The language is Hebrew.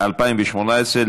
אפס מתנגדים,